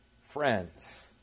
Friends